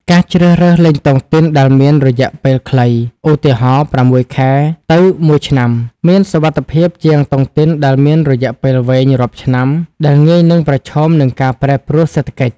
ការជ្រើសរើសលេងតុងទីនដែលមាន "រយៈពេលខ្លី" (ឧទាហរណ៍ ៦ ខែ ទៅ ១ ឆ្នាំ) មានសុវត្ថិភាពជាងតុងទីនដែលមានរយៈពេលវែងរាប់ឆ្នាំ ដែលងាយនឹងប្រឈមនឹងការប្រែប្រួលសេដ្ឋកិច្ច។